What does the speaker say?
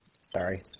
Sorry